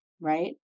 Right